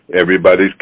everybody's